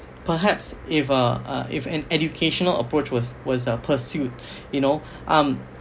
perhaps if uh if an educational approach was was uh pursued you know um